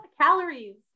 calories